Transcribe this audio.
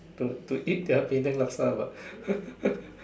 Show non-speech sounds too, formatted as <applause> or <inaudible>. to to eat their Penang Laksa <laughs>